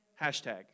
Hashtag